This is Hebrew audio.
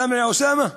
סאמע, יא אוסאמה?